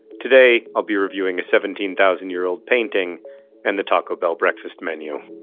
today, i'll be reviewing a seventeen thousand year old painting and the taco bell breakfast menu